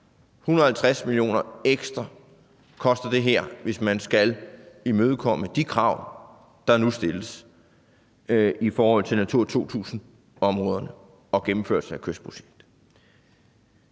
150 mio. kr. ekstra koster det her, hvis man skal imødekomme de krav, der nu stilles i forhold til Natura 2000-områderne og gennemførelse af kystprojektet.